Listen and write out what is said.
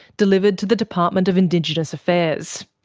delivered to the department of indigenous affairs.